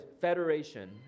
federation